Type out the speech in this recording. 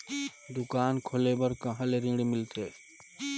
दुकान खोले बार कहा ले ऋण मिलथे?